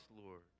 Lord